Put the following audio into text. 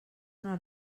una